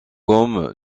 comme